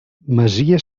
masia